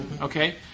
okay